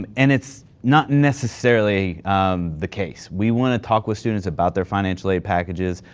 um and it's not necessarily um the case. we want to talk with students about their financial aid packages.